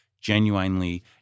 genuinely